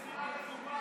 העיקר הנסיעה לדובאי.